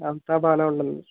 అంతా బాగానే ఉంటుంది